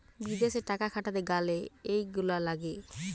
বিদেশে টাকা খাটাতে গ্যালে এইগুলা লাগে